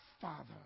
Father